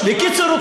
בקיצור,